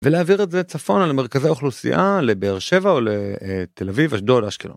ולהעביר את זה צפון על מרכזי האוכלוסייה לבאר שבע או לתל אביב, אשדוד, אשקלון.